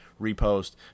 Repost